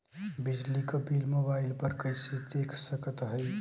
बिजली क bill mobile पर कईसे देख सकत हई?